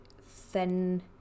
thin